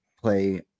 play